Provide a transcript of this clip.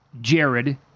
Jared